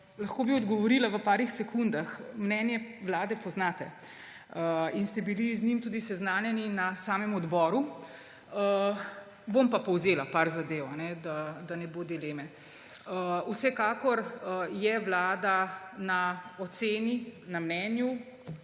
Lahko bi odgovorila v nekaj sekundah. Mnenje Vlade poznate in ste bili z njim tudi seznanjeni na samem odboru. Bom pa povzela nekaj zadev, da ne bo dileme. Vsekakor Vlada meni o predlogu,